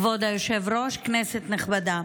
כבוד היושב-ראש, כנסת נכבדה,